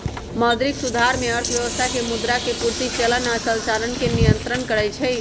मौद्रिक सुधार में अर्थव्यवस्था में मुद्रा के पूर्ति, चलन आऽ संचालन के नियन्त्रण करइ छइ